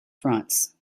fronts